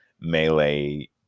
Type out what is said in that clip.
melee